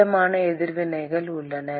திடமான எதிர்வினைகள் உள்ளன